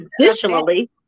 traditionally